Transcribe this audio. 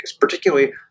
particularly